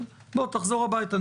תחזור הביתה,